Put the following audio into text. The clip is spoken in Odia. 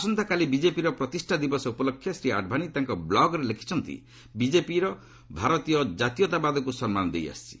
ଆସନ୍ତାକାଲି ବିଜେପିର ପ୍ରତିଷ୍ଠା ଦିବସ ଉପଲକ୍ଷେ ଶ୍ରୀ ଆଡ଼ଭାନୀ ତାଙ୍କ ବ୍ଲଗ୍ରେ ଲେଖିଛନ୍ତି ବିଜେପି ଭାରତୀୟ କାତୀୟତାବାଦକୁ ସମ୍ମାନ ଦେଇ ଆସିଛି